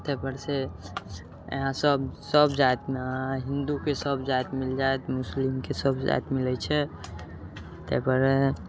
ताहिपर सँ यहाँपर सभ सभ जाति न हइ हिन्दूके सभ जाति मिल जायत मुस्लिमके सभ जाति मिलैत छै ताहिपर